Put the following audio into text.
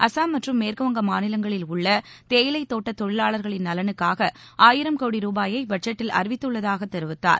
அசாம் மற்றும் மேற்குவங்க மாநிலங்களில் உள்ள தேயிலை தோட்ட தொழிலாளர்களின் நலனுக்காக ஆயிரம் கோடி ரூபாயை பட்ஜெட்டில் அறிவித்துள்ளதாக தெரிவித்தார்